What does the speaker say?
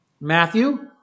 Matthew